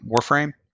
Warframe